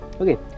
Okay